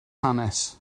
hanes